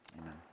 Amen